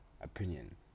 opinion